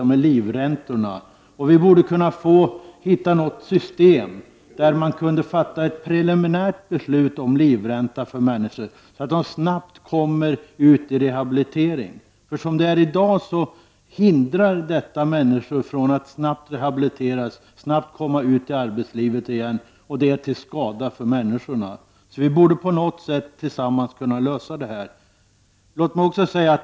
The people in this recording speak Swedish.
Vi borde kunna hitta något system där man kan fatta ett preliminärt beslut om livränta för människor så att de snabbt kommer ut i rehabilitering. I dag hindras människor från att snabbt rehabiliteras och snabbt komma ut i arbetslivet igen. Det är till skada för människorna. Vi borde kunna lösa det här tillsammans på något sätt.